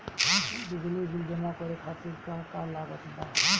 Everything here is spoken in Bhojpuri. बिजली बिल जमा करे खातिर का का लागत बा?